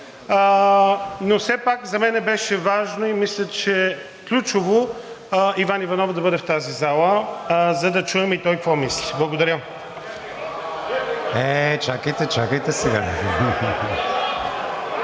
Но все пак за мен беше важно и мисля, че е ключово Иван Иванов да бъде в тази зала, за да чуем и той какво мисли. Благодаря. (Шум и реплики.)